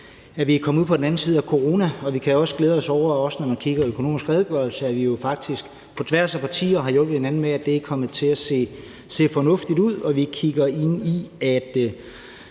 at vi er kommet ud på den anden side af corona. Og vi kan også glæde os over – også når man kigger i Økonomisk Redegørelse – at vi jo faktisk på tværs af partier har hjulpet hinanden med, at det er kommet til at se fornuftigt ud. Og vi kigger ind i, at